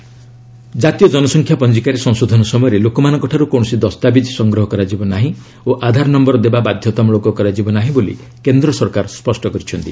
LS NPR ଜାତୀୟ ଜନସଂଖ୍ୟା ପଞ୍ଜିକାରେ ସଂଶୋଧନ ସମୟରେ ଲୋକମାନଙ୍କଠାର୍ କୌଣସି ଦସ୍ତାବିଜ ସଂଗ୍ରହ କରାଯିବ ନାହିଁ ଓ ଆଧାର ନୟର ଦେବା ବାଧ୍ୟତାମ୍ବଳକ କରାଯିବ ନାହିଁ ବୋଲି କେନ୍ଦ୍ର ସରକାର ସ୍ୱଷ୍ଟ କରିଛନ୍ତି